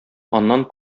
аннан